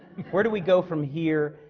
where do we go from here,